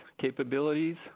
capabilities